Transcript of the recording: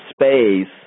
space